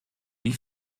wie